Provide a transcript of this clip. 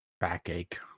backache